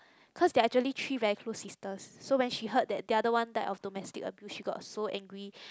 cause they are actually three very close sisters so when she heard the other one died of domestic abuse she got so angry